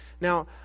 Now